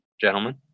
gentlemen